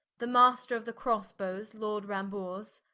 the master of the crosse-bowes lord rambures,